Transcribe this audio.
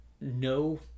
no